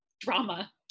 drama